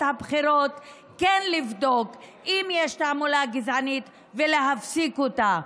הבחירות לבדוק אם יש תעמלה גזענית ולהפסיק אותה.